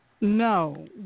No